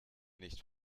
nicht